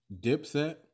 Dipset